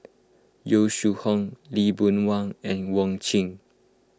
Yong Shu Hoong Lee Boon Wang and Wong